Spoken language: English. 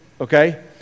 okay